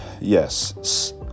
Yes